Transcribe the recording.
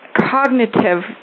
cognitive